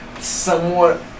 Somewhat